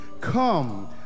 Come